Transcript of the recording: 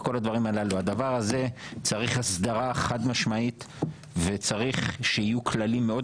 הדבר הזה צריך הסדרה חד משמעית וצריך שיהיו כללים מאוד